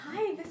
hi